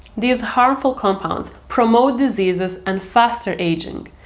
these harmful compounds promote diseases and faster ageing.